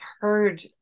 heard